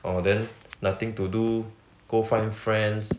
orh then nothing to do go find friends